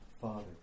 Father